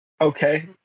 okay